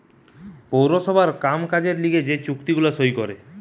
পৌরসভার কাম কাজের লিগে যে চুক্তি গুলা সই করে